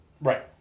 Right